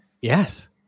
Yes